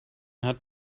had